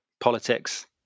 politics